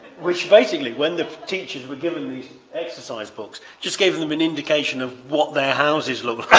which basically, when the teachers were given these exercise books just gave them them an indication of what their houses looked